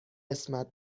قسمت